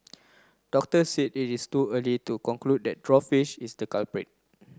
doctors said it is too early to conclude that draw fish is the culprit